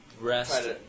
Rest